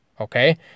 Okay